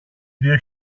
δύο